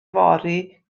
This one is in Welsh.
fory